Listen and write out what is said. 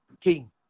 King